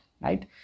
Right